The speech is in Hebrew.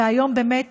ובאמת,